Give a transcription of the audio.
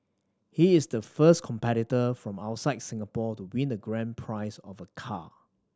he is the first competitor from outside Singapore to win the grand prize of a car